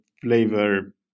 flavor